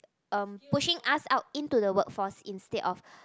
um pushing us out into the work force instead of